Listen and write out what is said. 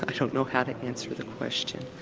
ah you know how to answer the question.